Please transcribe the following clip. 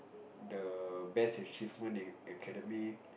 the best achievement in academic